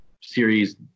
series